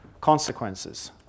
consequences